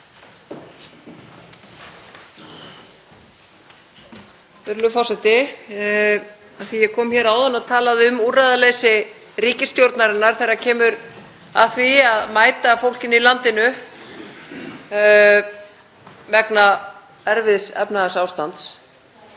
Virðulegur forseti. Af því að ég kom hér áðan og talaði um úrræðaleysi ríkisstjórnarinnar þegar kemur að því að mæta fólkinu í landinu vegna erfiðs efnahagsástands